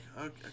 Okay